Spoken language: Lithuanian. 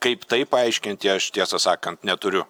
kaip tai paaiškinti aš tiesą sakant neturiu